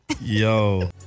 Yo